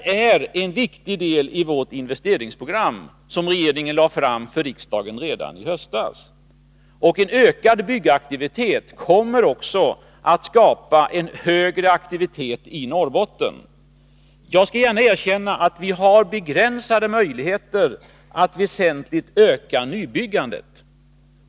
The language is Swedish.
Det är en viktig del i vårt investeringsprogram, som regeringen lade fram för riksdagen redan i höstas. En ökad byggaktivitet kommer också att skapa en högre aktivitet i Norrbotten. Jag skall gärna erkänna att vi har begränsade möjligheter att väsentligt öka nybyggandet.